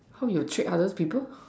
how you check other people